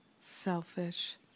selfish